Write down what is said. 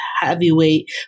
heavyweight